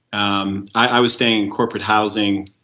um i was staying in corporate housing